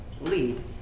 lead